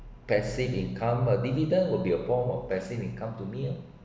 passive income a dividend will be a form of passive income to me ah